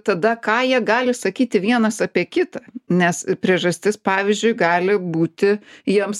tada ką jie gali sakyti vienas apie kitą nes priežastis pavyzdžiui gali būti jiems